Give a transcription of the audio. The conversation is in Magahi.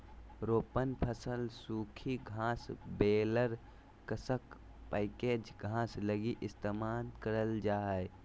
रोपण फसल सूखी घास बेलर कसकर पैकेज घास लगी इस्तेमाल करल जा हइ